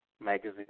magazine